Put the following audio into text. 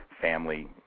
family